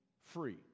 free